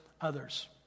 others